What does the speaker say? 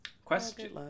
Question